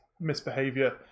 misbehavior